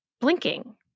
blinking